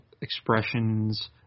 expressions